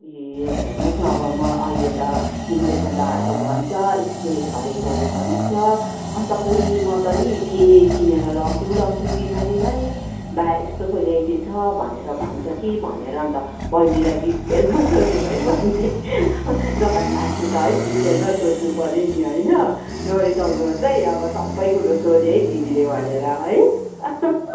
ए हेर्नु होस् न अब म अहिले त इन्जेक्सन लगाएको भन्छ स्प्रे छरेको भन्छ अन्त खै म त नि के किनेर लगिदिऊँ लगिदिऊँ बिमारीलाई वा यस्तो पो ल्याइदिएछ भनेर भन्छ कि भनेर अन्त बहिनीलाई डिटेलमा सोधेको है बहिनी दोकानमा आए पछि त है डिटेलमा सोध्नु पऱ्यो नि होइन नरिसाउनु होस् है अब सबै कुरो सोध्यो है दिदीले भनेर है